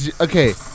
okay